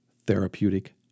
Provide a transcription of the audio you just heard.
therapeutic